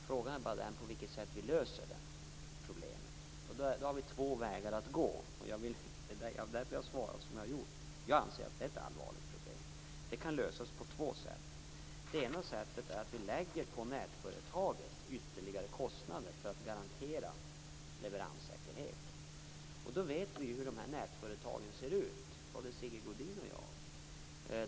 Frågan är bara på vilket sätt vi löser problemet. Problemet kan lösas på två sätt, och det är därför som jag har svarat som jag har gjort. Det ena sättet är att lägga ytterligare kostnader på nätföretaget för att garantera leveranssäkerhet. Vi vet ju, både Sigge Godin och jag, hur de här nätföretagen ser ut.